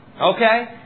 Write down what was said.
Okay